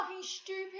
stupid